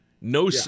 No